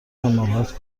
حماقت